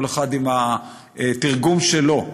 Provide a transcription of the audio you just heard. כל אחד עם התרגום שלו.